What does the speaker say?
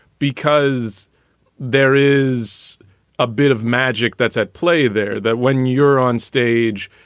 because there is a bit of magic that's at play there that when you're on stage,